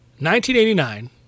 1989